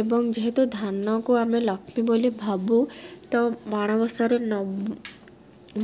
ଏବଂ ଯେହେତୁ ଧାନକୁ ଆମେ ଲକ୍ଷ୍ମୀ ବୋଲି ଭାବୁ ତ ମାଣବସାରେ